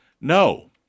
No